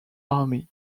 army